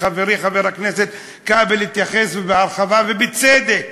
וחברי חבר הכנסת כבל התייחס בהרחבה ובצדק